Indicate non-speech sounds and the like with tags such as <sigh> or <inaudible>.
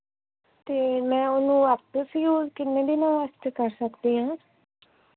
ਅਤੇ ਮੈਂ ਉਹਨੂੰ <unintelligible> ਕਿੰਨੇ ਦਿਨਾਂ ਵਾਸਤੇ ਕਰ ਸਕਦੀ ਹਾਂ